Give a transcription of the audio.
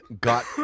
got